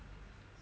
mm